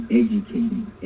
educating